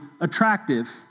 attractive